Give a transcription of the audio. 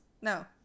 No